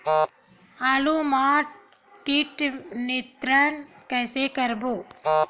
आलू मा कीट नियंत्रण कइसे करबो?